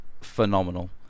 phenomenal